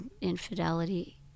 infidelity